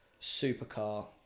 Supercar